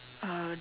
uh